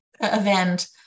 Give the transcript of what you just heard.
event